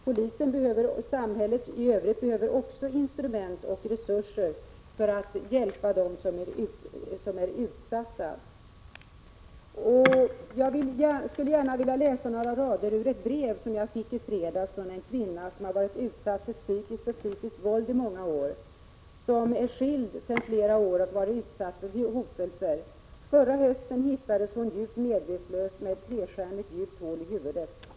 Polisen och samhället i övrigt behöver också instrument och resurser för att hjälpa de utsatta. Jag vill gärna läsa upp några rader ur ett brev som jag fick i fredags från en kvinna som i många år har varit utsatt för psykiskt och fysiskt våld. Hon är skild sedan flera år och har varit utsatt för hotelser. Förra hösten hittades hon djupt medvetslös med ett trestjärnigt djupt sår i huvudet.